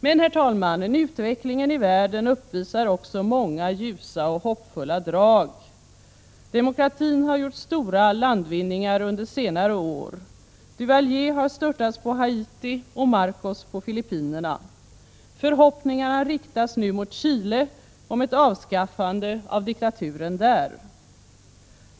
Men, herr talman, utvecklingen i världen uppvisar också många ljusa och hoppfulla drag. Demokratin har gjort stora landvinningar under senare år. Duvalier har störtats på Haiti och Marcos på Filippinerna. Förhoppningarna riktas nu mot Chile om ett avskaffande av diktaturen där.